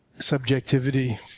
subjectivity